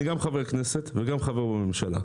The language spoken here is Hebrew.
אני גם חבר כנסת וגם חבר בממשלה.